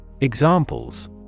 Examples